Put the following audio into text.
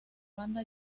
banda